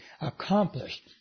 accomplished